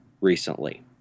recently